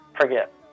forget